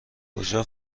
کجا